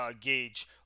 gauge